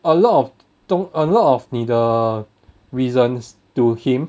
a lot of 东 a lot of 你的 reasons to him